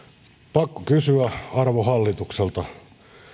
pakko kysyä arvon hallitukselta